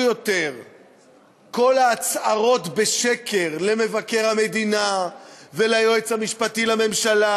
לא יעזרו יותר כל ההצהרות בשקר למבקר המדינה וליועץ המשפטי לממשלה,